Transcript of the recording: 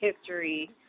history